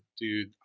Dude